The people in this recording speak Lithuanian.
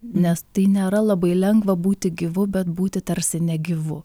nes tai nėra labai lengva būti gyvu bet būti tarsi negyvu